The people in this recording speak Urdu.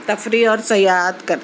تفریح اور سیاحت کرتے